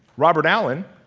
robert allen,